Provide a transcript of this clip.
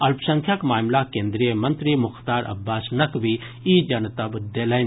अल्पसंख्यक मामिलाक केन्द्रीय मंत्री मुख्तार अब्बास नकवी ई जनतब देलनि